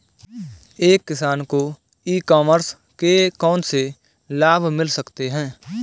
एक किसान को ई कॉमर्स के कौनसे लाभ मिल सकते हैं?